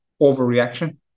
overreaction